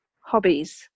hobbies